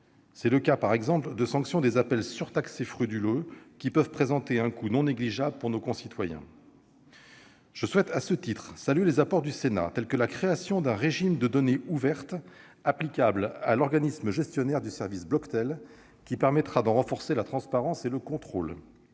des consommateurs. Il en est ainsi des appels surtaxés frauduleux, qui peuvent présenter un coût non négligeable pour nos concitoyens. Je souhaite saluer les apports du Sénat, tels que la création d'un régime de données ouvertes applicable à l'organisme gestionnaire du service Bloctel, qui permettra d'en renforcer la transparence et le contrôle.